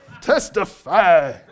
Testify